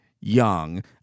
young